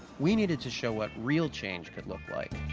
we needed to show what real change could look like.